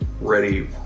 ready